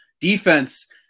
Defense